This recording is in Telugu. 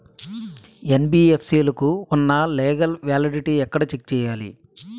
యెన్.బి.ఎఫ్.సి లకు ఉన్నా లీగల్ వ్యాలిడిటీ ఎక్కడ చెక్ చేయాలి?